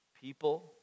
people